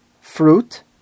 fruit